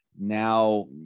Now